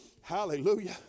hallelujah